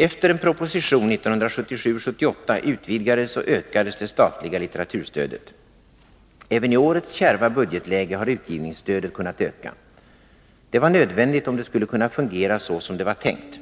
Efter en proposition 1977/78 utvidgades och ökades det statliga litteraturstödet. Även i årets kärva budgetläge har utgivningsstödet kunnat öka. Detta var nödvändigt om det skulle kunna fungera så som det var tänkt.